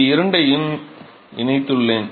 இந்த இரண்டையும் இணைத்துள்ளேன்